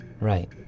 Right